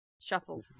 shuffle